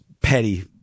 petty